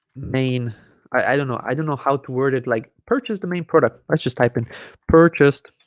main i i don't know i don't know how to word it like purchase the main product let's just type in purchased